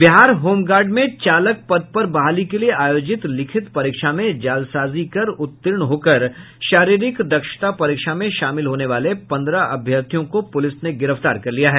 Bihar home guard में चालक पद पर बहाली के लिये आयोजित लिखित परीक्षा मे जालसाजी कर उत्तीर्ण होकर शारीरिक दक्षता परीक्षा में शामिल होने वाले पंद्रह अभ्यर्थियों को पुलिस ने गिरफ्तार कर लिया है